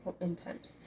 intent